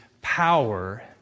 power